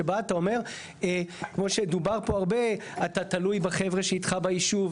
שבה אתה אומר כמו שדובר פה הרבה אתה תלוי בחבר'ה שאיתך בישוב.